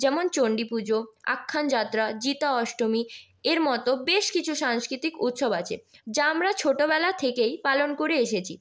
যেমন চণ্ডীপুজো আখ্যান যাত্রা জিতা অষ্টমী এর মতো বেশ কিছু সাংস্কৃতিক উৎসব আছে যা আমরা ছোটোবেলা থেকেই পালন করে এসেছি